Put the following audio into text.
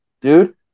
dude